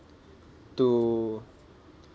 to